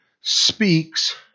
speaks